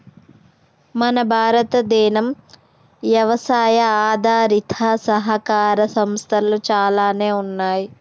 మన భారతదేనం యవసాయ ఆధారిత సహకార సంస్థలు చాలానే ఉన్నయ్యి